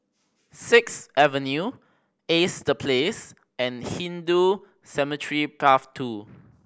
Sixth Avenue Ace The Place and Hindu Cemetery Path Two